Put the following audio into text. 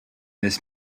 this